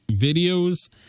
videos